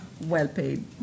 well-paid